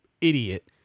idiot